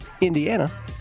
Indiana